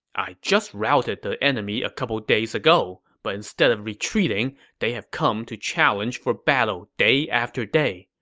i just routed the enemy a couple days ago, but instead of retreating, they have come to challenge for battle day after day.